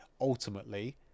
ultimately